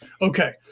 Okay